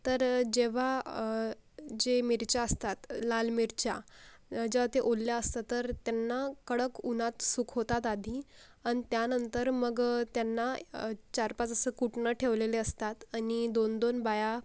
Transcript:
तर जेव्हा जे मिरच्या असतात लाल मिरच्या जेव्हा त्या ओल्या असतात तर त्यांना कडक उन्हात सुकवतात आधी आणि त्यानंतर मग त्यांना चारपाच असं कुटणं ठेवलेले असतात आणि दोनदोन बाया